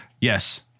Yes